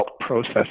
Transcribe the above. process